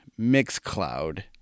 MixCloud